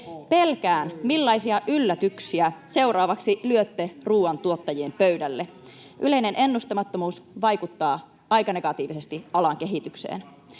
Pelkään, millaisia yllätyksiä seuraavaksi lyötte ruuantuottajien pöydälle. Yleinen ennustamattomuus vaikuttaa aika negatiivisesti alan kehitykseen.